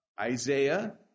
Isaiah